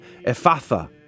Ephatha